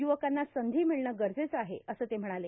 युवकांना संधी मिळणं गरजेचं आहे असं ते म्हणाले